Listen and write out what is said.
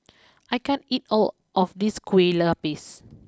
I can't eat all of this Kue Lupis